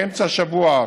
באמצע השבוע,